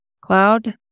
cloud